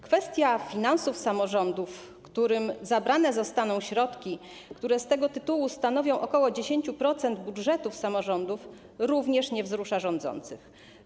Kwestia finansów samorządów, którym zostaną zabrane środki, które z tego tytułu stanowią ok. 10% budżetu samorządów, również nie wzrusza rządzących.